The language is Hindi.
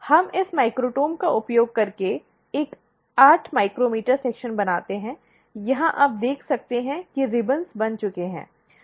हम इस माइक्रोटोम का उपयोग करके एक 8 माइक्रोमीटर सेक्शन बनाते हैं यहां आप देख सकते हैं कि रिबन बन चुके हैं